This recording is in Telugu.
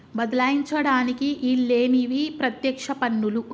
బదలాయించడానికి ఈల్లేనివి పత్యక్ష పన్నులు